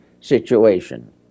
situation